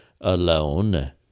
alone